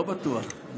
אני לא בטוח.